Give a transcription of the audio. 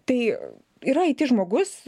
tai yra it žmogus